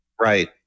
Right